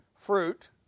fruit